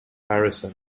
harrison